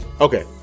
Okay